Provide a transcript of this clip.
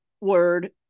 word